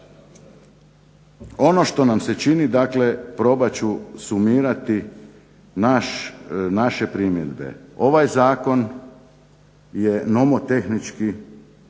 Ono što nam se čini, dakle probat ću sumirati naše primjedbe. Ovaj zakon je nomotehnički